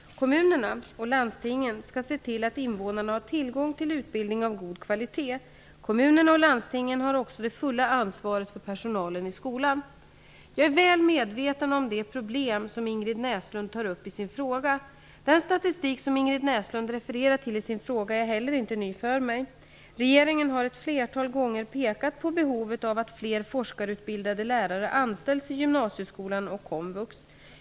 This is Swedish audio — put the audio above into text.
Kommunerna och landstingen skall se till att invånarna har tillgång till utbildning av god kvalitet. Kommunerna och landstingen har också det fulla ansvaret för personalen i skolan. Jag är väl medveten om det problem som Ingrid Näslund tar upp i sin fråga. Den statistik som Ingrid Näslund refererar till i sin fråga är heller inte ny för mig. Regeringen har ett flertal gånger pekat på behovet av att fler forskarutbildade lärare anställs i gymnasieskolan och komvux.